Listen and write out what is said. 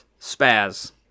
Spaz